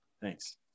thanks